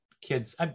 kids